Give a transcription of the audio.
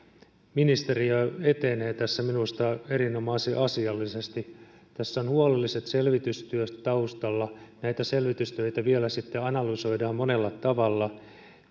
ministeriö etenee tässä minusta erinomaisen asiallisesti tässä on huolelliset selvitystyöt taustalla näitä selvitystöitä vielä sitten analysoidaan monella tavalla